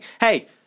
Hey